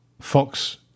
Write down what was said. Fox